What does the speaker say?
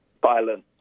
violence